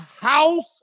house